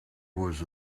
was